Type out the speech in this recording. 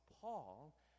Paul